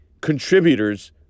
contributors